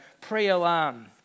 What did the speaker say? pre-alarm